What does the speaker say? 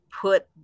put